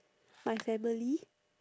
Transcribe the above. my family